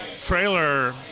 Trailer